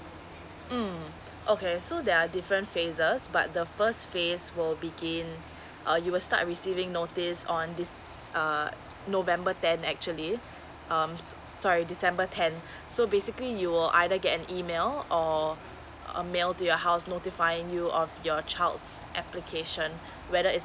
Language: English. mm okay so there are different phases but the first phase will begin uh you will start receiving notice on this uh november ten actually um so~ sorry december ten so basically you will either get an email or a mail to your house notifying you of your child's application whether is